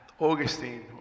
Augustine